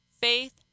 Faith